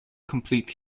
complete